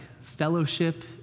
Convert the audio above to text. fellowship